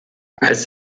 als